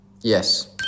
Yes